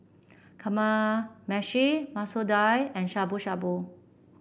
Kamameshi Masoor Dal and Shabu Shabu